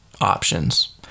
options